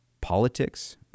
politics